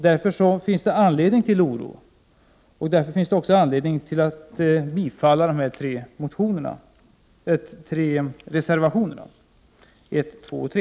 Därför finns det anledning till oro. Därför finns det också anledning att bifalla reservationerna 1, 2 och 3.